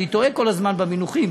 אני טועה כל הזמן במינוחים,